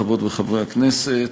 חברות וחברי הכנסת,